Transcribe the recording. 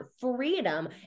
freedom